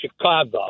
Chicago